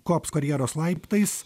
kops karjeros laiptais